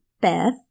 Beth